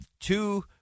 two